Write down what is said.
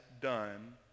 done